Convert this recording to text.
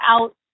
out